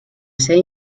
seva